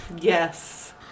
yes